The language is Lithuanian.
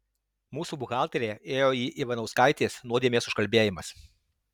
mūsų buhalterė ėjo į ivanauskaitės nuodėmės užkalbėjimas